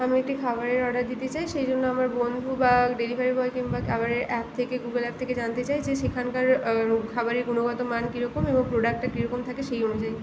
আমি একটি খাবারের অর্ডার দিতে চাই সেই জন্য আমার বন্ধু বা ডেলিভারি বয় কিংবা খাবারের অ্যাপ থেকে গুগল অ্যাপ থেকে জানতে চাই যে সেইখানকার খাবারের গুণগত মান কিরকম এবং প্রোডাক্টটা কিরকম থাকে সেই অনুযায়ী